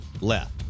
left